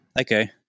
Okay